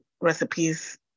recipes